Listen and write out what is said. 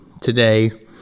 today